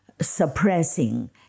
suppressing